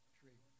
tree